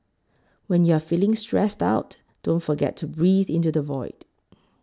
when you are feeling stressed out don't forget to breathe into the void